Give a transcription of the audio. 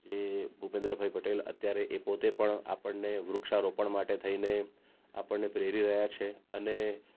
એ ભુપેન્દ્રભાઈ પટેલ અત્યારે એ પોતે પણ આપણને વૃક્ષારોપણ માટે થઈને આપણને પ્રેરી રહ્યા છે અને